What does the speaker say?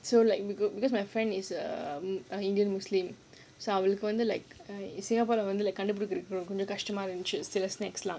so like we go because my friend is a err indian muslim so அவளுக்கு வந்து:avalukku vandhu like I singapore கொஞ்சம் கஷ்டமா இருந்துச்சு:konjam kashtamaa irunthuchu snacks lah